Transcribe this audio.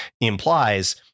implies